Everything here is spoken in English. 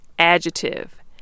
Adjective